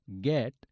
get